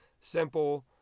simple